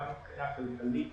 גם מבחינה כלכלית,